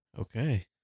Okay